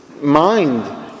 mind